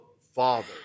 Father